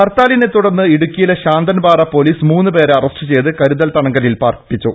ഹർത്താലിനെ തുടർന്ന് ഇടുക്കിയിലെ ശാന്തൻപാറ പോലീസ് മൂന്ന് പേരെ അറസ്റ്റു ചെയ്ത് കരുതൽ തടങ്കിൽ പാർപ്പിച്ചു